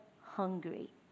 hungry